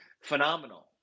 phenomenal